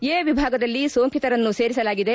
A ವಿಭಾಗದಲ್ಲಿ ಸೋಂಕಿತರನ್ನು ಸೇರಿಸಲಾಗಿದೆ